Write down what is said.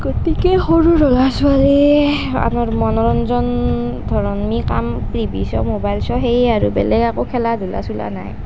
গতিকে সৰু ল'ৰা ছোৱালীয়ে আমাৰ মনোৰঞ্জন ধৰ্মিক কাম টি ভি চোৱা মোবাইল চোৱা সেই আৰু বেলেগ একো খেলা ধূলা চোলা নাই